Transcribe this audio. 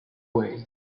way